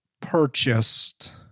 purchased